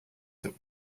that